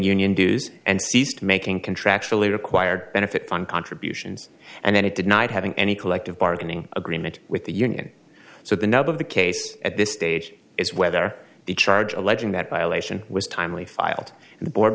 union dues and ceased making contractually required benefit from contributions and then it did not having any collective bargaining agreement with the union so the nub of the case at this stage is whether the charge alleging that violation was timely filed and the board